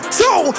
two